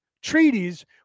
Treaties